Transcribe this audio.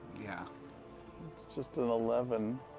yeah it's just an eleven.